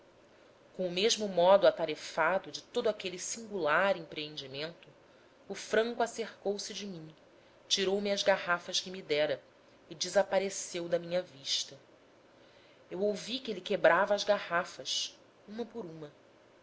com o mesmo modo atarefado de todo aquele singular empreendimento o franco acercou-se de mim tirou-me as garrafas que me dera e desapareceu da minha vista eu ouvi que ele quebrava as garrafas uma por uma